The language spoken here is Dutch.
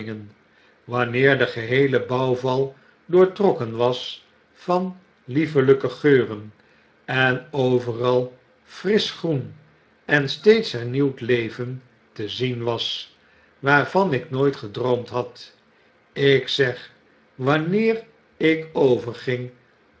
wanneer de geheele bouwval doortrokken was van liefelyke geuren en overal frisch groen en steeds hernieuwd leven te zien was waarvan ik nooit gedroomd had ik zeg wanneer ik